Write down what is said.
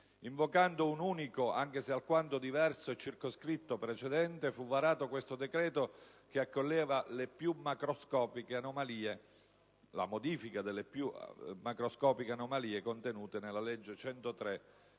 Invocando un unico, anche se alquanto diverso e circoscritto, precedente, fu varato questo decreto, che accoglieva la modifica delle più macroscopiche anomalie contenute nella legge n.